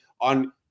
on